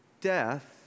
death